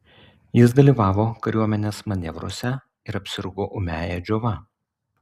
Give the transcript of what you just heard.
jis dalyvavo kariuomenės manevruose ir apsirgo ūmiąja džiova